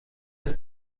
das